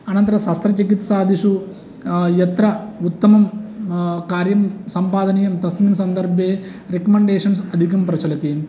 अनन्तरं शस्त्रचिकित्सादिषु यत्र उत्तमं कार्यं सम्पादनीयं तस्मिन् सन्दर्भे रेकमेण्डेशनस् अधिकं प्रचलति